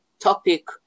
topic